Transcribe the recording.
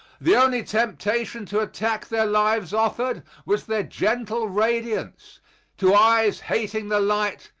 the only temptation to attack their lives offered was their gentle radiance to eyes hating the light,